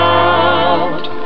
out